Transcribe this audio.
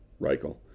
Reichel